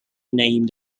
named